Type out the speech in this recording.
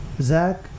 zach